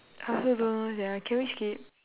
I also don't know sia can we skip